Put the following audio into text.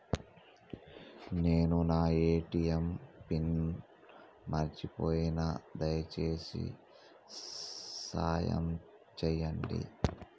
నేను నా ATM PIN మర్చిపోయిన, దయచేసి సాయం చేయండి